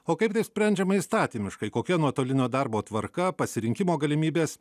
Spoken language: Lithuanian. o kaip tai sprendžiama įstatymiškai kokia nuotolinio darbo tvarka pasirinkimo galimybės